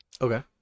Okay